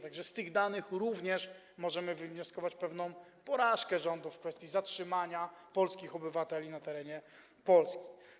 Tak że z tych danych również możemy wywnioskować pewną porażkę rządu w kwestii zatrzymania polskich obywateli na terenie Polski.